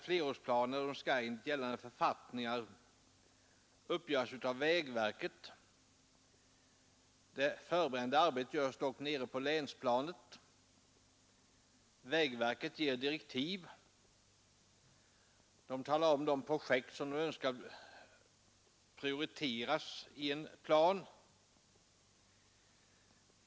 Flerårsplaner skall enligt gällande författningar uppgöras av vägverket. Det förberedande arbetet görs dock nere på länsplanet Vägverket ger direktiv och talar om de projekt verket önskar prioriterade ien plan.